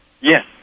Yes